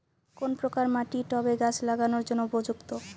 কোন প্রকার মাটি টবে গাছ লাগানোর জন্য উপযুক্ত?